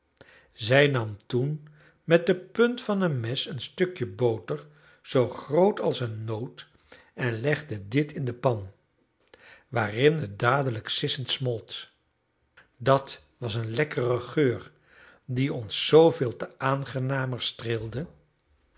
zij nam toen met de punt van een mes een stukje boter zoo groot als een noot en legde dit in de pan waarin het dadelijk sissend smolt dat was een lekkere geur die ons zooveel te aangenamer streelde